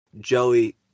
Joey